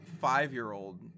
five-year-old